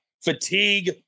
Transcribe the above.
fatigue